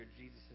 Jesus